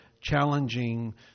challenging